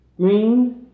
green